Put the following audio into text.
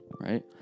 right